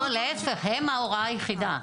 לא, להיפך, הם ההוראה היחידה.